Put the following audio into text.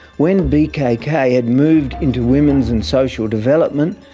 when bkk had moved into women's and social development,